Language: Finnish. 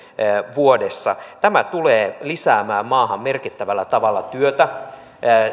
vuodessa tämä tulee lisäämään maahan merkittävällä tavalla työtä